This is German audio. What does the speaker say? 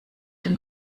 den